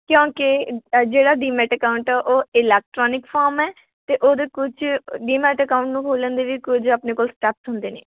ਕਿਉਂਕਿ ਅ ਜਿਹੜਾ ਡੀਮਟ ਅਕਾਊਂਟ ਆ ਉਹ ਇਲੈਕਟ੍ਰਾਨਿਕ ਫੋਮ ਹੈ ਅਤੇ ਉਹਦੇ ਕੁਛ ਡੀਮਟ ਅਕਾਊਂਟ ਨੂੰ ਖੋਲ੍ਹਣ ਦੇ ਵੀ ਕੁਝ ਆਪਣੇ ਕੋਲ ਸਟੈਪਸ ਹੁੰਦੇ ਨੇ